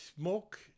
smoke